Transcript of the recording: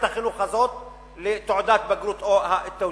החינוך הזאת לתעודת בגרות או לתווג'יהי?